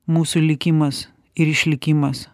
mūsų likimas ir išlikimas